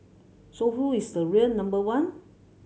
so who is the real number one